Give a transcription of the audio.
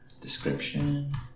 description